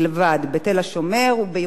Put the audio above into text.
בתל-השומר ובירושלים.